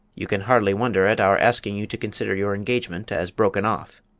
you can hardly wonder at our asking you to consider your engagement as broken off?